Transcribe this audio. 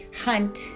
hunt